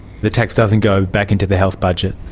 the tax doesn't go back into the health budget?